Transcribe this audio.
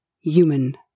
human